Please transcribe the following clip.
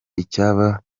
icyaba